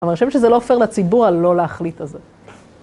אבל אני חושבת שזה לא פייר לציבור הלא להחליט הזה.